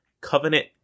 Covenant